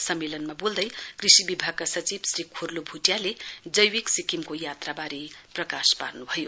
सम्मेलमा कृषि विभागका सचिव श्री खोरलो भुटियाले जैविक सिक्किमको यात्राबारे प्रकाश पार्नु भयो